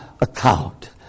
account